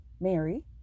Mary